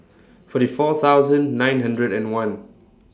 forty four thousand nine hundred and one